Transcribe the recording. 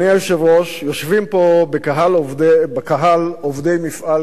יושבים פה בקהל עובדי מפעל "פניציה".